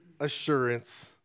Assurance